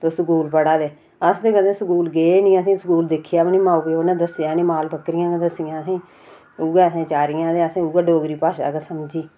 तुस स्कूल पढ़ा दे अस्स ते कदें स्कूल गे नी असेंगी स्कूल दिक्खेआ नी माऊ प्यो दस्सेआ ही नी माल बकरियां गै दस्सियां असेंगी उऐ असें चारियां ते असें उऐ डोगरी भाषा गै समझी